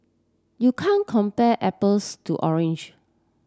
you can't compare apples to orange